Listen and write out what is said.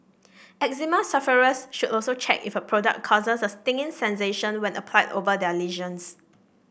eczema sufferers should also check if a product causes a stinging sensation when applied over their lesions